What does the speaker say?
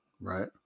right